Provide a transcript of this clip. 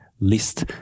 list